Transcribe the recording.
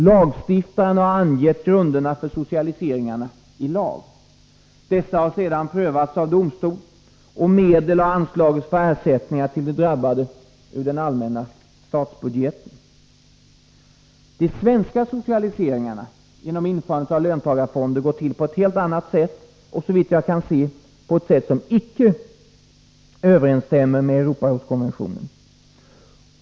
Lagstiftaren har angett grunderna för socialiseringarna i lag. Dessa har sedan prövats av domstol, och medel har anslagits för ersättningar till de drabbade ur den allmänna statsbudgeten. De svenska socialiseringarna genom införandet av löntagarfonder går till på ett helt annat sätt och, såvitt jag kan se, på ett sätt som icke överensstämmer med Europarådskonventionen.